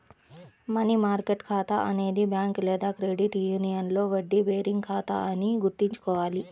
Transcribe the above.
money market ఖాతా అనేది bank లేదా క్రెడిట్ యూనియన్లో వడ్డీ బేరింగ్ ఖాతా అని గుర్తుంచుకోవాలి